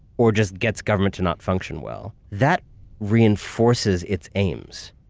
or just gets government to not function well, that reinforces its aims.